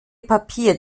papier